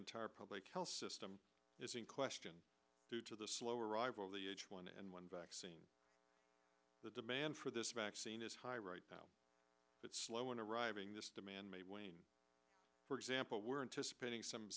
entire public health system is in question due to the slow arrival of the h one n one vaccine the demand for this vaccine is high right now it's slow in arriving this demand may wane for example we're in to spending some